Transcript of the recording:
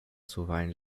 zuweilen